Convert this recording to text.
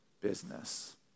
business